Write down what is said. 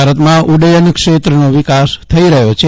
ભારતમાં ઉડ્ડયન ક્ષેત્રનો વિકાસ થઈ રહ્યો છે